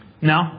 No